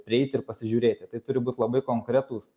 prieiti ir pasižiūrėti tai turi būt labai konkretūs